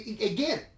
again